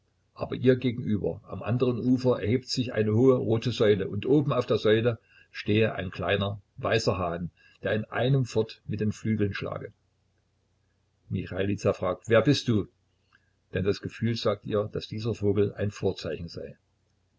aber ihr gegenüber am anderen ufer erhebe sich eine hohe rote säule und oben auf der säule stehe ein kleiner weißer hahn der in einem fort mit den flügeln schlage michailiza fragt wer bist du denn das gefühl sagt ihr daß dieser vogel ein vorzeichen sei